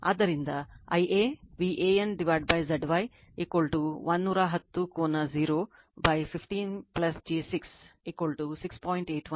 ಆದ್ದರಿಂದ Ia Van Zy 110 ಕೋನ 015 j 6 6